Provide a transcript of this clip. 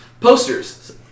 Posters